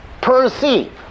Perceive